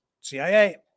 CIA